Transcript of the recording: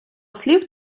слів